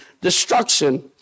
destruction